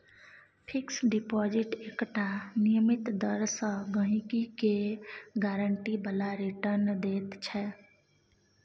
fix deposit एकटा नियमित दर सँ गहिंकी केँ गारंटी बला रिटर्न दैत छै